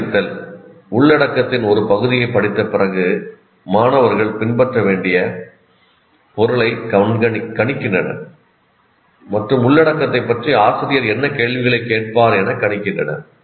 முன்னறிவித்தல் உள்ளடக்கத்தின் ஒரு பகுதியைப் படித்த பிறகு மாணவர்கள் பின்பற்ற வேண்டிய பொருளைக் கணிக்கின்றனர் மற்றும் உள்ளடக்கத்தைப் பற்றி ஆசிரியர் என்ன கேள்விகளைக் கேட்பார் என கணிக்கின்றனர்